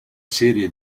serie